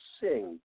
sing